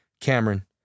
Cameron